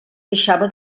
deixava